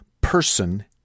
person